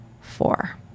four